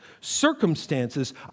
Circumstances